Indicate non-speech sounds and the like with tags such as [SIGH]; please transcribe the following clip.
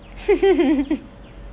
[LAUGHS]